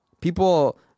People